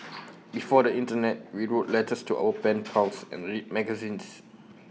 before the Internet we wrote letters to our pen pals and read magazines